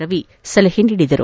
ರವಿ ಸಲಹೆ ನೀಡಿದರು